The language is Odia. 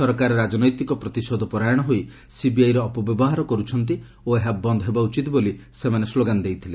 ସରକାର ରାଜନୈତିକ ପ୍ରତିଷୋଧ ପରାୟଣ ହୋଇ ସିବିଆଇର ଅପବ୍ୟବହାର କରୁଛନ୍ତି ଓ ଏହା ବନ୍ଦ ହେବା ଉଚିତ୍ ବୋଲି ସେମାନେ ସ୍ଲୋଗାନ୍ ଦେଇଥିଲେ